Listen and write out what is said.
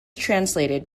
translated